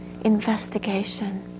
investigation